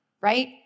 right